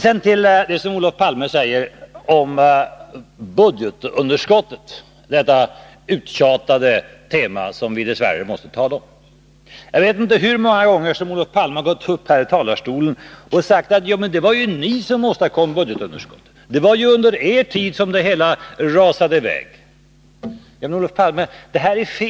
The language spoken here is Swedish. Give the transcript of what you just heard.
Sedan till det Olof Palme säger om budgetunderskottet — detta uttjatade tema, som vi dess värre måste tala om. Jag vet inte hur många gånger Olof Palme har gått upp här i talarstolen och sagt: Ja, men det var ju ni som åstadkom budgetunderskottet, det var ju under er tid som det hela rasade i väg. Men, Olof Palme, det här är fel.